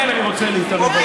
כן, אני רוצה להתערב על זה.